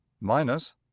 minus